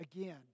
Again